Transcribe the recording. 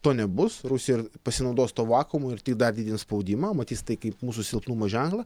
to nebus rusija pasinaudos tuo vakuumu dar didins spaudimą matys tai kaip mūsų silpnumo ženklą